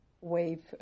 wave